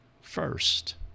first